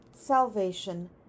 salvation